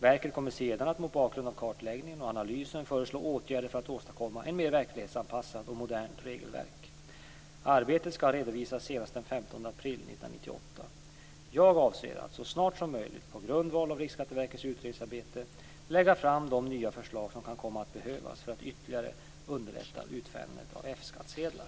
Verket kommer sedan att mot bakgrund av kartläggningen och analysen föreslå åtgärder för att åstadkomma ett mer verklighetsanpassat och modernt regelverk. Arbetet skall redovisas senast den 15 april 1998. Jag avser att så snart som möjligt på grundval av Riksskatteverkets utredningsarbete lägga fram de nya förslag som kan komma att behövas för att ytterligare underlätta utfärdandet av F-skattsedlar.